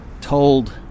told